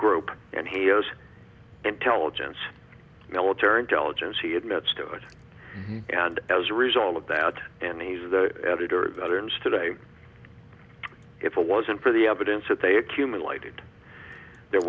group and hears intelligence military intelligence he admits to it and as a result of that and he's the editor today if it wasn't for the evidence that they accumulated there